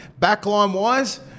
Backline-wise